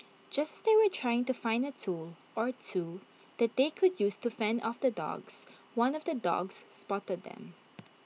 just as they were trying to find A tool or two that they could use to fend off the dogs one of the dogs spotted them